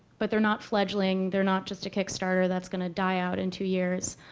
but they're not fledgling, they're not just a kick started that's going to die out in two years,